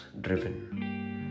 driven